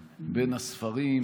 בין הספרים,